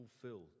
fulfilled